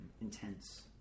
intense